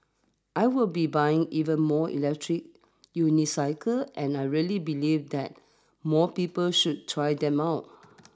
I will be buying even more electric unicycles and I really believe that more people should try them out